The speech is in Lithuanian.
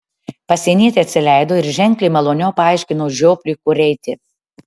pasienietė atsileido ir ženkliai maloniau paaiškino žiopliui kur eiti